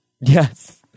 Yes